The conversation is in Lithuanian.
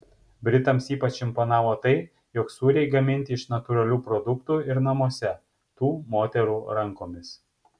britams ypač imponavo tai jog sūriai gaminti iš natūralių produktų ir namuose tų moterų rankomis